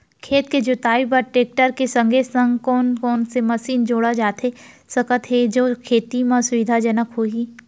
खेत के जुताई बर टेकटर के संगे संग कोन कोन से मशीन जोड़ा जाथे सकत हे जो खेती म सुविधाजनक होही?